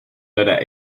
letter